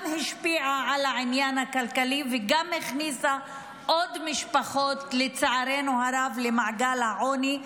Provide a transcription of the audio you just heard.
השפיעה על העניין הכלכלי וגם הכניסה עוד משפחות למעגל העוני,